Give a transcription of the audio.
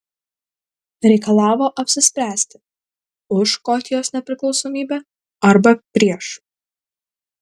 reikalavo apsispręsti už škotijos nepriklausomybę arba prieš